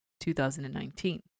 2019